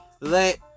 let